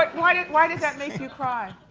but why does why does that make you cry?